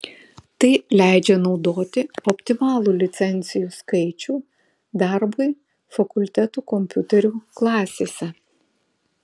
tai leidžia naudoti optimalų licencijų skaičių darbui fakultetų kompiuterių klasėse